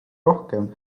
rohkem